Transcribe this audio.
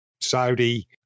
Saudi